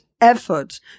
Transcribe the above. effort